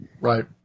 Right